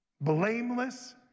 blameless